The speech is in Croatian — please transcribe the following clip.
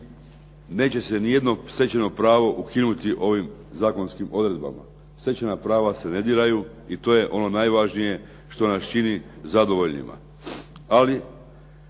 neće se nijedno stečeno pravo ukinuti ovim zakonskim odredbama. Stečena prava se ne diraju i to je ono najvažnije što nas čini zadovoljnima.